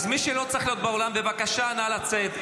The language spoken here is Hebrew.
מי שלא צריך להיות באולם בבקשה, נא לצאת.